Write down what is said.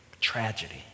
Tragedy